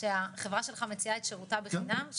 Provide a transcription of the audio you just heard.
שהחברה שלך מציעה את שירותה בחינם,